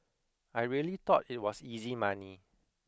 I really thought it was easy money